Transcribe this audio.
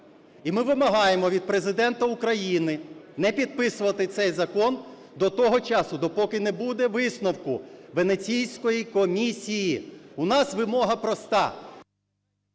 І ми вимагаємо від Президента України не підписувати цей закон до того часу, допоки не буде висновку Венеційської комісії. У нас вимога проста…